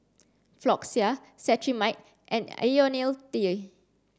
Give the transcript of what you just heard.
Floxia Cetrimide and Ionil T